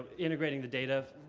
integrating the data,